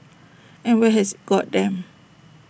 and where has IT got them